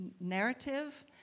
narrative